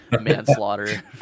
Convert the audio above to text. Manslaughter